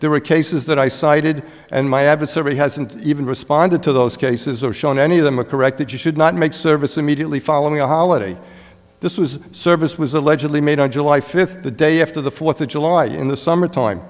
there were cases that i cited and my adversary hasn't even responded to those cases or shown any of them a corrected you should not make service immediately following a holiday this was service was allegedly made on july fifth the day after the fourth of july in the summer time